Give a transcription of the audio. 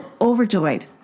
overjoyed